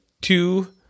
two